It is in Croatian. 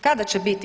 Kada će biti?